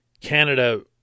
Canada